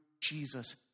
Jesus